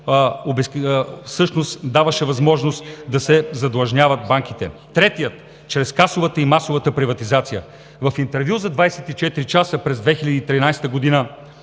всъщност даваше възможност да се задлъжняват банките. Третият – чрез касовата и масовата приватизация. В интервю за „24 часа“ през 2013 г.